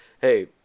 Hey